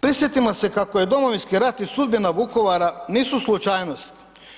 prisjetimo se kako Domovinski rat i sudbina Vukovara nisu slučajnost.